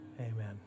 amen